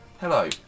Hello